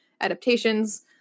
adaptations